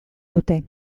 dute